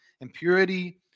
impurity